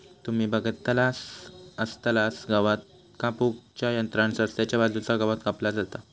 तुम्ही बगलासच आसतलास गवात कापू च्या यंत्रान रस्त्याच्या बाजूचा गवात कापला जाता